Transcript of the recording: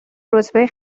رتبه